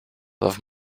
love